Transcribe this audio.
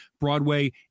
Broadway